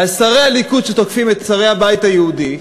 על שרי הליכוד שתוקפים את שרי הבית היהודי,